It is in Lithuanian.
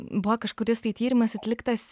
buvo kažkuris tai tyrimas atliktas